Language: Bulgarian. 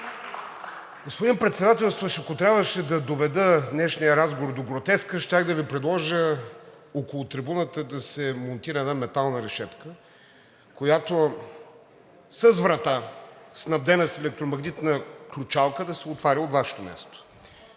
Господин Председателстващ, ако трябваше да доведе днешният разговор до гротеска, щях да Ви предложа около трибуната да се монтира една метална решетка с врата, снабдена с електромагнитна ключалка, да се отваря от Вашето място